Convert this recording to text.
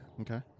Okay